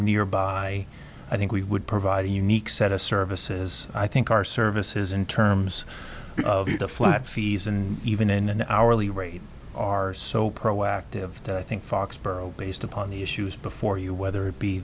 nearby i think we would provide a unique set of services i think our services in terms of the flat fees and even in an hourly rate are so proactive that i think foxboro based upon the issues before you whether it be